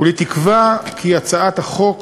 כולי תקווה כי הצעת החוק